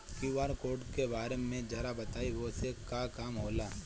QR code के बारे में जरा बताई वो से का काम होला?